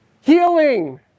Healing